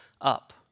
up